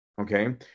Okay